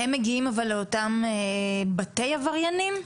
הם מגיעים אבל לאותם בתי עבריינים?